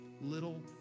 little